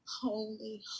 holy